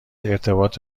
ارتباط